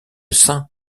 saint